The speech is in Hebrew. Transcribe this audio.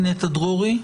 נטע דרורי,